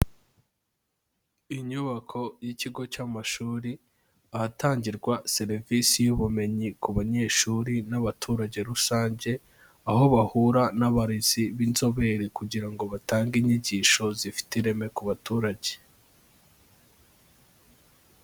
Inyubako y'ikigo cy'amashuri, ahatangirwa serivisi y'ubumenyi ku banyeshuri n'abaturage rusange, aho bahura n'abarezi b'inzobere kugira ngo batange inyigisho zifite ireme ku baturage.